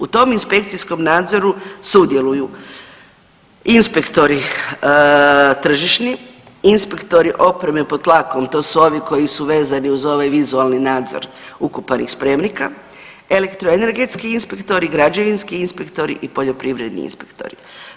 U tom inspekcijskom nadzoru sudjeluju inspektori tržišni, inspektori opreme pod tlakom to su ovi koji su vezani uz ovaj vizualni nadzor ukopanih spremnika, elektroenergetski inspektori, građevinski inspektori i poljoprivredni inspektori.